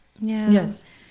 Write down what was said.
Yes